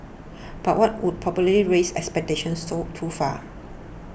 but that would probably raise expectations to too far